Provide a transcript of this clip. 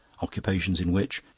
occupations in which,